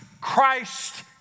Christ